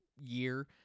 year